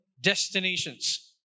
destinations